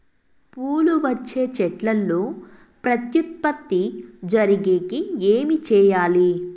పూలు వచ్చే చెట్లల్లో ప్రత్యుత్పత్తి జరిగేకి ఏమి చేయాలి?